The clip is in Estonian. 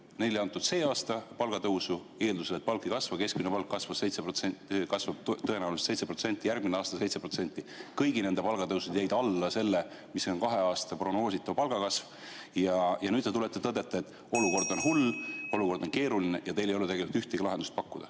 Neile ei antud see aasta palgatõusu, eeldusel et palk ei kasva. Keskmine palk kasvas 7% ja kasvab tõenäoliselt järgmisel aastal 7%. Kõigi nende palgatõusud jäid alla selle, mis on kahe aasta prognoositav palgakasv. Nüüd te tulete ja tõdete, et olukord on hull, olukord on keeruline, aga teil ei ole tegelikult ühtegi lahendust pakkuda.